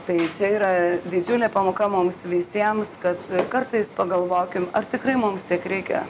tai čia yra didžiulė pamoka mums visiems kad kartais pagalvokim ar tikrai mums tiek reikia